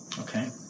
okay